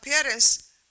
appearance